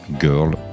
Girl